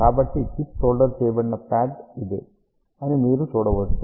కాబట్టి chip solder చేయబడిన pad ఇదే అని మీరు చూడవచ్చు